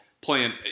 playing